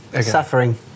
suffering